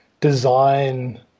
design